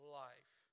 life